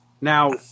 now